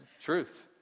Truth